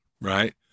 right